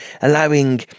allowing